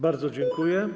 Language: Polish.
Bardzo dziękuję.